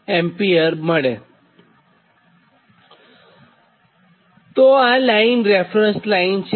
તેથી આ line reference line છે